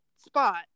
spot